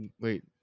Wait